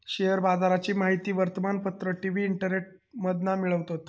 share बाजाराची माहिती वर्तमानपत्र, टी.वी, इंटरनेटमधना मिळवतत